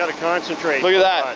ah ah concentrate. look at that.